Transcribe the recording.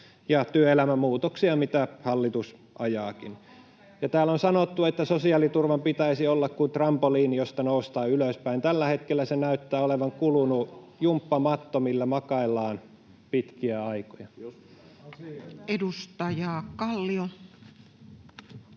ja työelämän muutoksia, mitä hallitus ajaakin. Täällä on sanottu, että sosiaaliturvan pitäisi olla kuin trampoliini, josta noustaan ylöspäin. Tällä hetkellä se näyttää olevan kulunut jumppamatto, [Niina Malm: Siihen tulee